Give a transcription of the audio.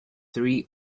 three